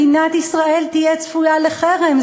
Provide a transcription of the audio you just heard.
מדינת ישראל צפויה לחרם.